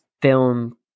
film